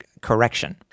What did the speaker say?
Correction